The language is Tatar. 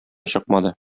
чыкмады